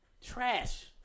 Trash